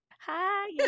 hi